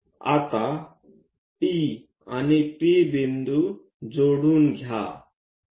आता T आणि P बिंदूं जोडून घ्या